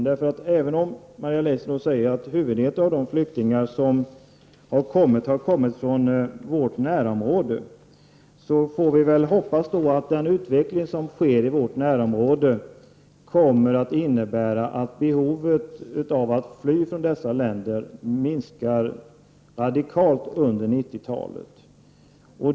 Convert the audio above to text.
Även om huvuddelen av de flyktingar som har kommit hit har kommit från vårt närområde, som Maria Leissner säger, får vi hoppas att den utveckling som sker i vårt närområde kommer att innebära att behovet att fly från dessa länder minskar radikalt under 90-talet.